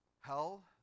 Hell